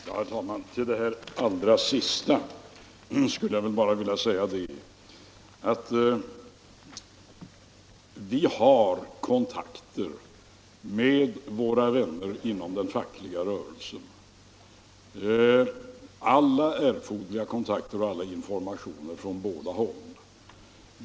Herr talman! Till det allra sista vill jag säga att vi har kontakter med våra vänner inom den fackliga rörelsen och att alla informationer ges från båda håll.